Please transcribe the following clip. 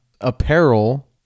apparel